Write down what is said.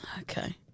Okay